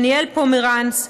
דניאל פומרנץ,